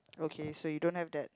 okay so you don't have that